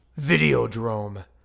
Videodrome